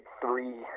three